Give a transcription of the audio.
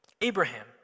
Abraham